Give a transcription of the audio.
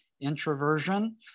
introversion